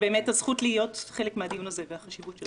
באמת יש לי זכות להיות חלק מן הדיון החשוב הזה.